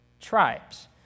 tribes